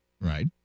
Right